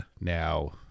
now